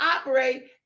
operate